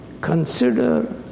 Consider